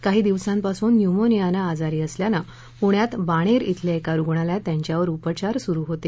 काही दिवसांपासून न्यूमोनियानं आजारी असल्यानं पुण्यात बाणेर इथल्या एका रुग्णालयात त्यांच्यावर उपचार सुरु होते